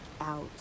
out